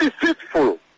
deceitful